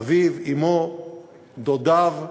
אביו, אמו, דודיו,